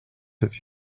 have